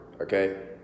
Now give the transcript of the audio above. okay